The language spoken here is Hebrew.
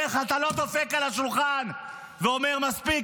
איך אתה לא דופק על השולחן ואומר: מספיק,